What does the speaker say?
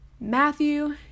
Matthew